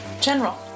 General